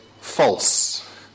False